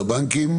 שהלקוח,